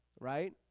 right